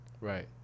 Right